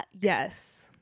Yes